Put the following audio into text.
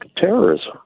terrorism